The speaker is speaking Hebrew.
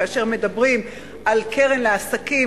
כאשר מדברים על קרן לעסקים,